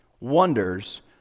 Wonders